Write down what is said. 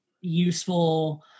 useful